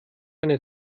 eine